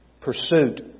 pursuit